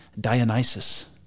Dionysus